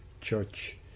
church